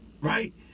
right